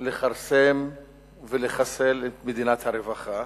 לכרסם ולחסל את מדינת הרווחה,